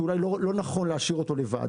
שאולי לא נכון להשאיר אותו לבד,